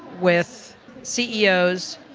with ceos.